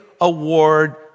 award